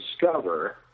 discover